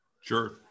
Sure